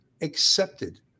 accepted